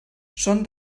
són